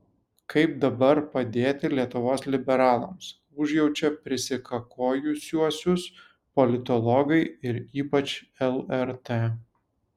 kaip dabar padėti lietuvos liberalams užjaučia prisikakojusiuosius politologai ir ypač lrt